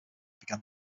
began